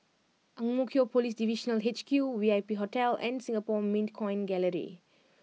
Ang Mo Kio Police Divisional H Q V I P Hotel and Singapore Mint Coin Gallery